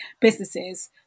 businesses